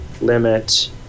limit